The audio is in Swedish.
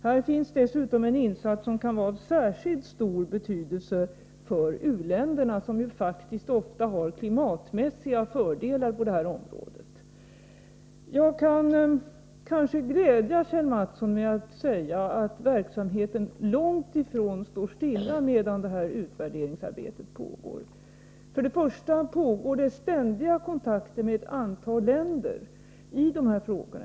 Det här är dessutom fråga om något som kan bli en insats av särskilt stor betydelse för u-länderna, som faktiskt ofta har klimatmässiga fördelar på det här området. Jag kanske kan glädja Kjell Mattsson genom att säga att verksamheten långt ifrån står stilla medan utvärderingsarbetet pågår. För det första har vi ständiga kontakter med andra länder i dessa frågor.